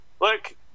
look